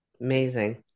amazing